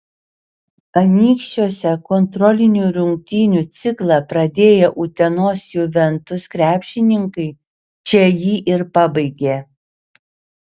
anykščiuose kontrolinių rungtynių ciklą pradėję utenos juventus krepšininkai čia jį ir pabaigė